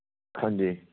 ਹਾਂਜੀ